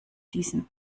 diesen